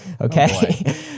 okay